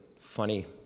funny